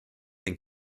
den